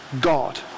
God